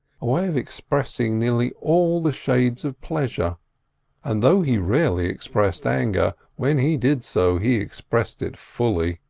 a way of expressing nearly all the shades of pleasure and though he rarely expressed anger, when he did so, he expressed it fully.